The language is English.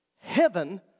Heaven